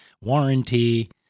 warranty